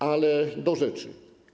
Ale do rzeczy.